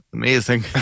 Amazing